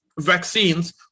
vaccines